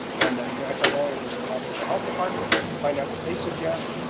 and you know i tell well owners they should talk to their health department, find out what they suggest,